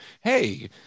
Hey